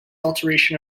alteration